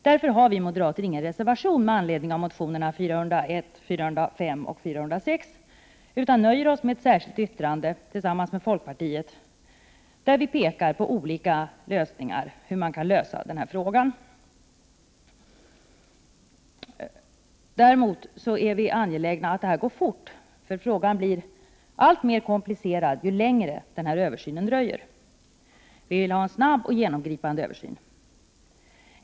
Därför har vi moderater ingen reservation med anledning av motionerna 401, 405 och 406 utan nöjer oss med ett särskilt yttrande tillsammans med folkpartiet, där vi pekar på olika möjligheter att lösa denna fråga. Däremot är vi angelägna om att frågan utreds snabbt, därför att den blir alltmer komplicerad ju längre översynen dröjer. Vi vill ha en snabb och genomgripande översyn.